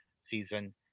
season